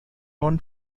non